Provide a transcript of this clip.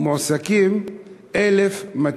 1,200